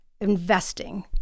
investing